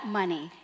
money